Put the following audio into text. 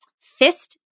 fist